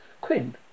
Quinn